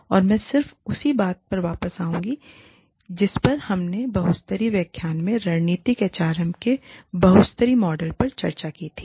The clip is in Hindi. और मैं सिर्फ उसी बात पर वापस जाऊँगा जिस पर हमने बहु स्तरीय व्याख्यान में रणनीतिक एचआरएम के बहु स्तरीय मॉडल पर चर्चा की थी